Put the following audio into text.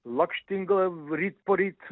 lakštingala ryt poryt